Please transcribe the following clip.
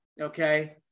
okay